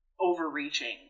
overreaching